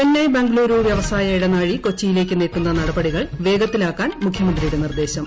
ചെന്നൈ ബംഗളൂരു വ്യവസായ ഇടനാഴി കൊച്ചിയിലേക്ക് നീട്ടുന്ന നടപടികൾ വേഗത്തിലാക്കാൻ മുഖ്യമന്ത്രിയുടെ നിർദ്ദേശം